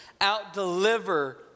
out-deliver